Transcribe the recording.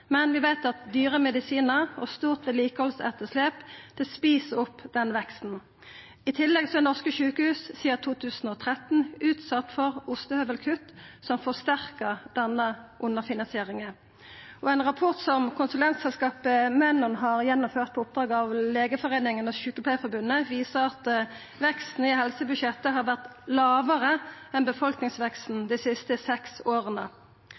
men vi veit at dyre medisinar og stort vedlikehaldsetterslep et opp veksten. I tillegg har norske sjukehus sidan 2013 vorte utsette for ostehøvelkutt, som forsterkar denne underfinansieringa. Ein rapport som konsulentselskapet Menon har gjennomført på oppdrag av Legeforeningen og Sykepleierforbundet, viser at veksten i helsebudsjettet har vore lågare enn befolkningsveksten dei siste seks åra.